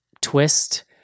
twist